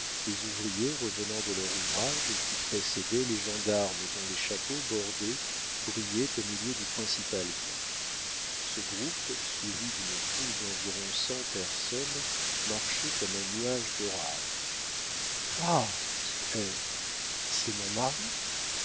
les ouvriers revenant de leur ouvrage qui précédaient les gendarmes dont les chapeaux bordés brillaient au milieu du principal groupe ce groupe suivi d'une foule d'environ cent personnes marchait comme un nuage d'orage ah dit ève c'est mon mari